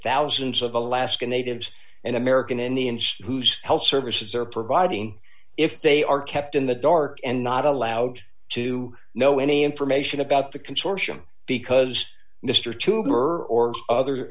thousands of alaska natives and american in the interest whose health services are providing if they are kept in the dark and not allowed to know any information about the consortium because mr tumour or other